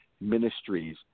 Ministries